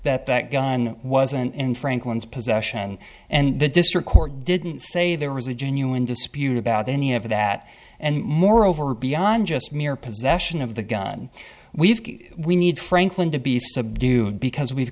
that that gun wasn't in franklin's possession and the district court didn't say there was a genuine dispute about any of that and moreover beyond just mere possession of the gun we have we need franklin to be subdued because we've